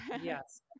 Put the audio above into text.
Yes